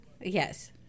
Yes